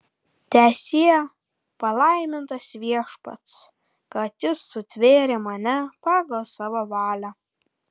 teesie palaimintas viešpats kad jis sutvėrė mane pagal savo valią